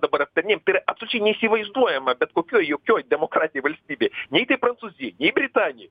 dabar aptarinėjam tai yra absoliučiai neįsivaizduojama bet kokioj jokioj demokratinėj valstybėj nei tai prancūzijoj nei britanijoj